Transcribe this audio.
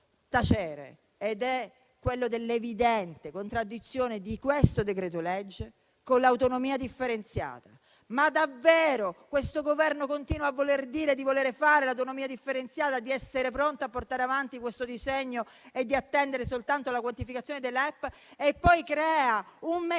ed è l'evidente contraddizione di questo decreto-legge con l'autonomia differenziata. Davvero questo Governo continua a dire di voler fare l'autonomia differenziata, di essere pronto a portare avanti questo disegno e di attendere soltanto la quantificazione dei LEP e poi crea un meccanismo